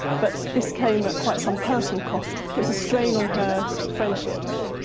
but this came at quite some personal cost, puts a strain on her friendships.